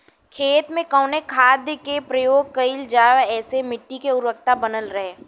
खेत में कवने खाद्य के प्रयोग कइल जाव जेसे मिट्टी के उर्वरता बनल रहे?